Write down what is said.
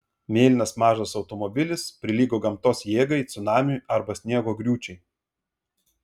mėlynas mažas automobilis prilygo gamtos jėgai cunamiui arba sniego griūčiai